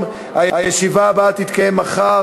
38 בעד, אין מתנגדים, אין נמנעים.